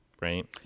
right